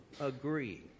agree